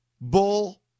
bull